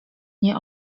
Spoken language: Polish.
nie